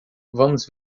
vamos